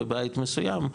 בבית מסוים,